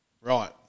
Right